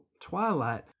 Twilight